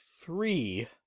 three